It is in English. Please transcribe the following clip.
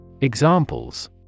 Examples